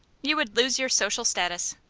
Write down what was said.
you would lose your social status.